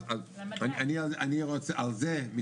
אז אני מתייחס לזה.